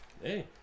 Hey